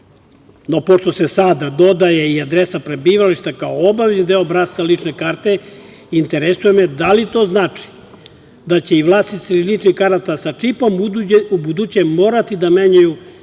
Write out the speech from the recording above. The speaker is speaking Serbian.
No, pošto se sada dodaje i adresa prebivališta kao obavezni deo obrasca lične karte, interesuje me da li to znači da će i vlasnici ličnih karata sa čipom ubuduće morati da menjaju te